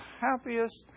happiest